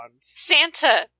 Santa